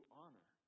honor